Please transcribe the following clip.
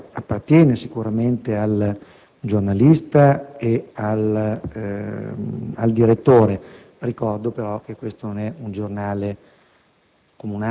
Lavignetta appartiene sicuramente al giornalista e al direttore; ricordo però che questo non è un giornale